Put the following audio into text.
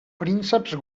prínceps